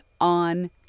on